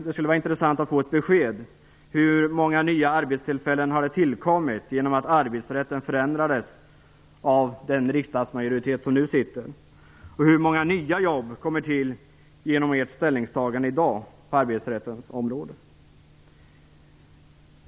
Det skulle vara intressant att få ett besked om hur många nya arbetstillfällen som har tillkommit genom att arbetsrätten förändrades av den nuvarande riksdagsmajoriteten och hur många nya jobb som kommer till genom ert ställningstagande i dag på arbetsrättens område.